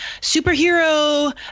superhero